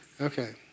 Okay